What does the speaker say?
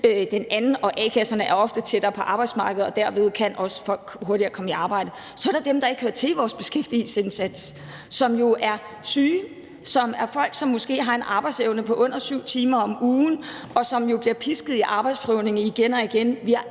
den ledige. Og a-kasserne er ofte tættere på arbejdsmarkedet, og derved kan folk også hurtigere komme i arbejde på den måde. Det er det ene. Så er der dem, der ikke hører til i vores beskæftigelsesindsats, som er dem, der er syge, og som måske har en arbejdsevne på under 7 timer om ugen, og som jo bliver pisket i arbejdsprøvning igen og igen. Vi har